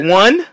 one